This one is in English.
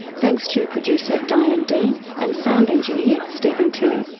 thanks to producer diane dean and sound engineer steven tilley.